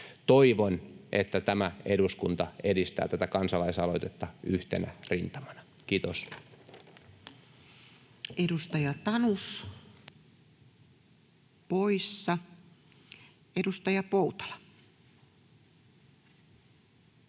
Toivon, että tämä eduskunta edistää tätä kansalaisaloitetta yhtenä rintamana. — Kiitos. [Speech 55] Speaker: Toinen